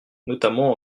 notamment